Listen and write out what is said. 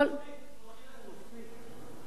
לא חילקנו מספיק?